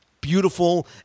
beautiful